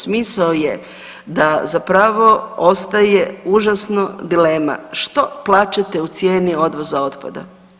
Smisao je da zapravo ostaje užasno dilema, što plaćate u cijeni odvoza otpada.